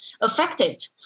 affected